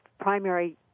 primary